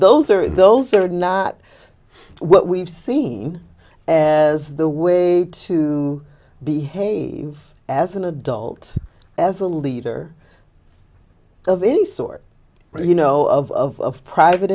those are those are not what we've seen as the way to behave as an adult as a leader of any sort you know of private